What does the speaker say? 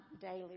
daily